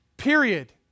Period